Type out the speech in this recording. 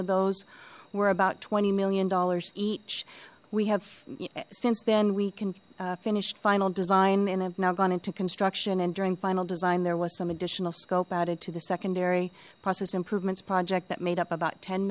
of those were about twenty million dollars each we have since then we can finish final design and have now gone into construction and during final design there was some additional scope added to the secondary process improvements project that made up about ten